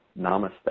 namaste